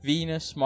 Venus